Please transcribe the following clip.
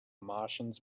martians